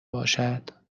باشد